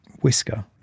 whisker